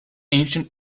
ancient